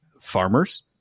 farmers